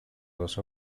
los